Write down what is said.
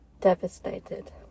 devastated